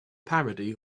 parody